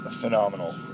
Phenomenal